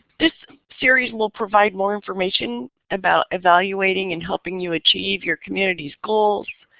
this series will provide more information about evaluating and helping you achieve your community's goals